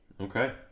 Okay